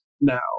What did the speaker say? now